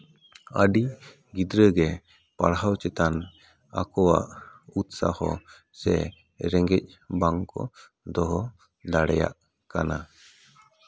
ᱟᱹᱰᱤ ᱜᱤᱫᱽᱨᱟᱹ ᱜᱮ ᱯᱟᱲᱦᱟᱣ ᱪᱮᱛᱟᱱ ᱟᱠᱚᱣᱟᱜ ᱩᱛᱥᱟᱦᱚ ᱥᱮ ᱨᱮᱸᱜᱮᱡ ᱵᱟᱝ ᱠᱚ ᱫᱚᱦᱚ ᱫᱟᱲᱮᱭᱟᱜ ᱠᱟᱱᱟ